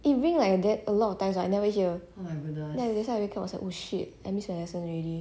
eh ring like that a lot of times right I never hear like that's why I wake up like oh shit I miss my lesson already